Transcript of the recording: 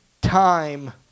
time